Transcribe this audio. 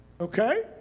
okay